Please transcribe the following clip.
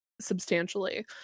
substantially